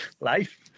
life